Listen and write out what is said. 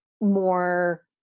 more